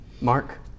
Mark